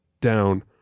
down